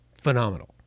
phenomenal